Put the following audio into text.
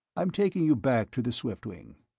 i'm taking you back to the swiftwing.